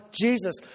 Jesus